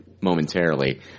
momentarily